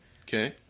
Okay